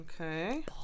Okay